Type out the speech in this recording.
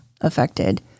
affected